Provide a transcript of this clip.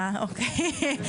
אה, אוקיי.